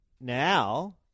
now